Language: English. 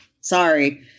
sorry